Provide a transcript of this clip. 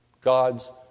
God's